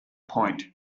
point